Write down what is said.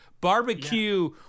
barbecue